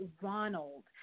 Ronald